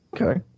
Okay